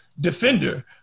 defender